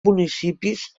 municipis